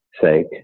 sake